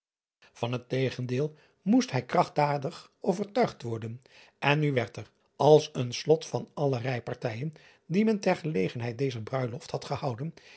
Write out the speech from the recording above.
an het tegendeel moest hij krachtdadig overtuigd worden en nu werd er als een slot van alle rijpartijen die men ter gelegenheid dezer bruiloft had gehouden